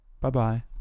Bye-bye